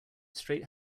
straight